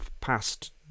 past